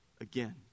again